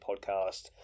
podcast